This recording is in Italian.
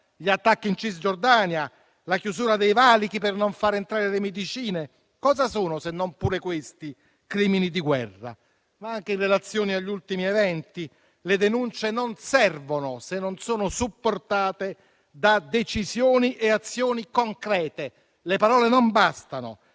gli attacchi in Cisgiordania, la chiusura dei valichi per non far entrare le medicine? Cosa sono, se non pure questi crimini di guerra? Anche in relazione agli ultimi eventi, le denunce non servono se non sono supportate da decisioni e azioni concrete. Le parole non bastano: